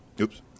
Oops